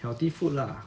healthy food lah